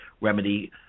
remedy